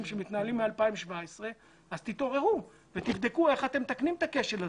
שמתנהלים מ-2017 אז תתעוררו ותבדקו איך אתם מתקנים את הכשל הזה.